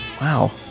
Wow